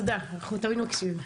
תודה, אנחנו תמיד מקשיבים.